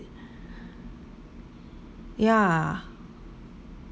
yeah